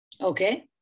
Okay